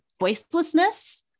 voicelessness